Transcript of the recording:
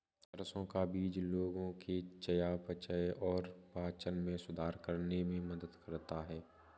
सरसों का बीज लोगों के चयापचय और पाचन में सुधार करने में मदद करता है